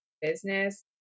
business